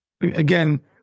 Again